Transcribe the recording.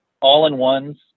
All-in-ones